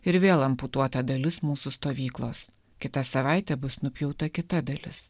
ir vėl amputuota dalis mūsų stovyklos kitą savaitę bus nupjauta kita dalis